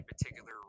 particular